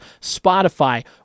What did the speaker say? Spotify